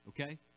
Okay